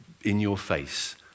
in-your-face